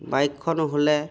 বাইকখন হ'লে